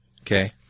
Okay